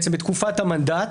בתקופת המנדט,